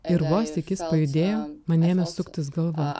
ir vos tik jis pajudėjo man ėmė suktis galva